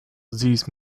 these